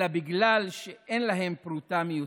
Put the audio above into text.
אלא בגלל שאין להם פרוטה מיותרת,